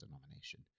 nomination